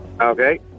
Okay